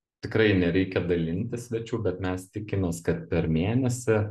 tikrai nereikia dalinti svečių bet mes tikimės kad per mėnesį